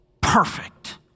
perfect